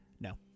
no